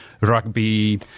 rugby